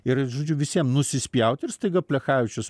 ir žodžiu visiem nusispjaut ir staiga plechavičius